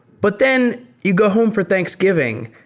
but then you go home for thanksgiving,